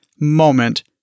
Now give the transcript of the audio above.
moment